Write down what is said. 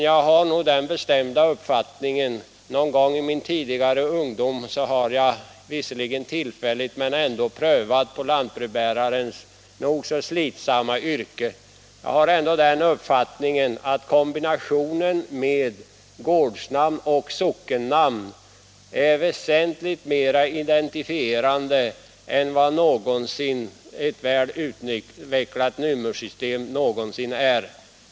I min tidiga ungdom har jag tillfälligt prövat på lantbrevbärarens nog så slitsamma yrke, och jag har den uppfattningen att kombinationen gårdsnamn och sockennamn är väsentligt mera identifierande än ett aldrig så väl utvecklat nummersystem någonsin kan bli.